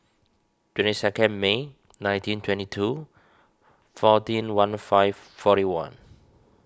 twenty second May nineteen twenty two fourteen one five forty one